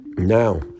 Now